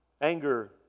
Anger